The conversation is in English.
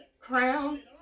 Crown